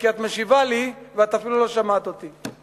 כי את משיבה לי ואת אפילו לא שמעת אותי,